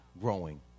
growing